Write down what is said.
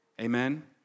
Amen